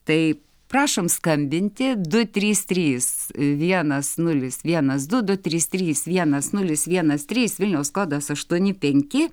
tai prašom skambinti du trys trys vienas nulis vienas du du trys trys vienas nulis vienas trys vilniaus kodas aštuoni penki